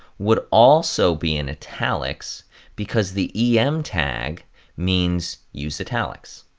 would also be in italics because the em tag means use italics.